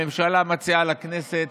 הממשלה מציעה לכנסת